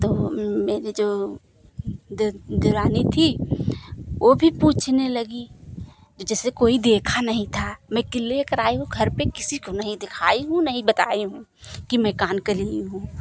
तो मेरी जो देवरानी थी वह भी पूछने लगी जैसे कोई देखा नहीं था मैं लेकर आई हूँ घर पर किसी को नहीं दिखाई हूँ नहीं बताई हूँ की मैं कान का ली हूँ